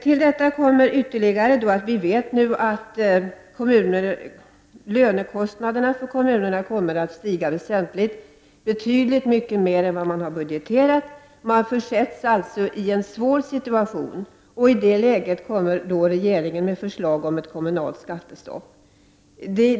Till detta kommer att vi nu vet att lönekostnaderna för kommunerna kommer att stiga väsentligt, betydligt mer än man har budgeterat. Man försätts alltså i en svår situation. I det läget kommer regeringens förslag om ett kommunalt skattestopp.